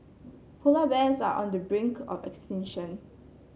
polar bears are on the brink of extinction